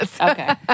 Okay